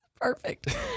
Perfect